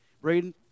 Braden